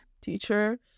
teacher